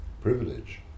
privilege